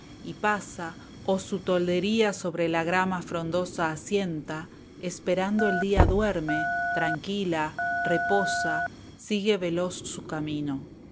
y pasa o su toldería i sobre la grama frondosa asienta esperando el día duerme tranquila reposa sigue veloz su camino